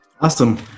Awesome